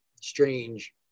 strange